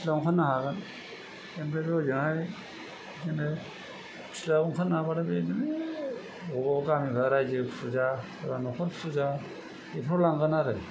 सिथलायाव ओंखारनो हागोन ओमफ्रायथ' ओजोंहाय बिदिनो सिथलायाव ओंखारनो हाब्लाथाय बेबायदिनो बबेबा गामिफोरा रायजो फुजा न'खर फुजा बेफोराव लांगोन आरो